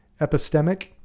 epistemic